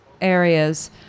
areas